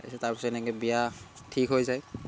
তাৰপিছত তাৰপিছত এনেকৈ বিয়া ঠিক হৈ যায়